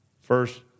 First